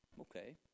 okay